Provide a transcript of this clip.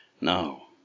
Now